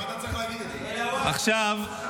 עכשיו,